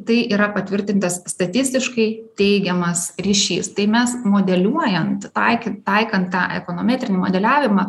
tai yra patvirtintas statistiškai teigiamas ryšys tai mes modeliuojant taikyt taikant tą ekonometrinį modeliavimą